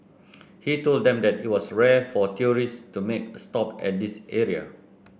he told them that it was rare for tourists to make a stop at this area